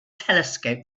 telescope